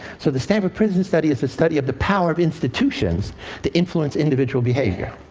so the stanford prison study is a study of the power of institutions to influence individual behavior.